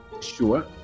Sure